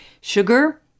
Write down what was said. Sugar